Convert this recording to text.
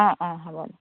অঁ অঁ হ'ব